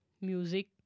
music